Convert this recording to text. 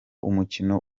umukino